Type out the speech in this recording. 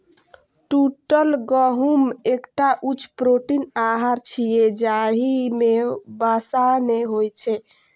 टूटल गहूम एकटा उच्च प्रोटीन आहार छियै, जाहि मे वसा नै होइ छै